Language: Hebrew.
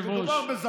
זה גם קשור לזקן.